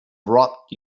brought